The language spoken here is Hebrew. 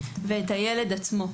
ואת הילד עצמו.